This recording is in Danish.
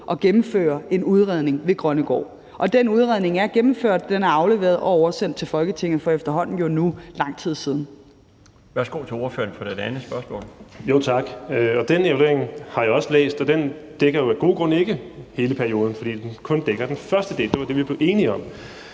at gennemføre en udredning ved Grønnegård. Og den udredning er gennemført; den er afleveret og oversendt til Folketinget for efterhånden jo nu lang tid siden. Kl. 15:04 Den fg. formand (Bjarne Laustsen): Værsgo til ordføreren for sit andet spørgsmål. Kl. 15:04 Stinus Lindgreen (RV): Tak. Den evaluering har jeg også læst, og den dækker jo af gode grunde ikke hele perioden, fordi den kun dækker den første del. Det var det, vi blev enige om.